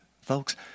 Folks